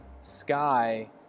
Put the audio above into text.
Sky